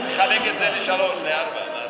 תחלק את זה לשלוש, לארבע.